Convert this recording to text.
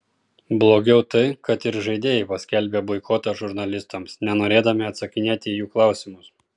blogiau tai kad ir žaidėjai paskelbė boikotą žurnalistams nenorėdami atsakinėti į jų klausimus